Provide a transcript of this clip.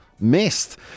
missed